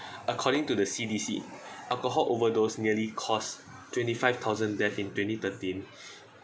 according to the C_D_C alcohol overdose nearly cused twenty five thousand death in twenty thirteen